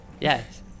Yes